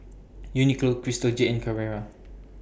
Uniqlo Crystal Jade and Carrera